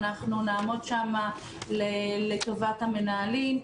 אנחנו נעמוד שם לטובת המנהלים,